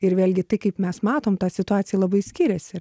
ir vėlgi tai kaip mes matom ta situacija labai skiriasi